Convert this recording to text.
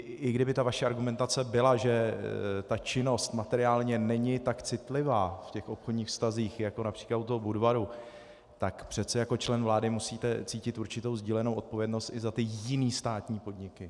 I kdyby vaše argumentace byla, že ta činnost materiálně není tak citlivá v těch obchodních vztazích jako například u Budvaru, tak přece jako člen vlády musíte cítit určitou sdílenou odpovědnosti i za jiné státní podniky.